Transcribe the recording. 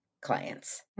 clients